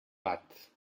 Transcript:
bat